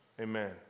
Amen